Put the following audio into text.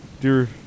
dear